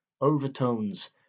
overtones